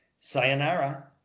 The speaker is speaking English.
sayonara